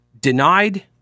denied